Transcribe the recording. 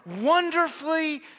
wonderfully